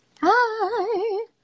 Hi